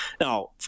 Now